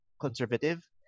conservative